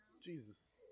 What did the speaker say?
Jesus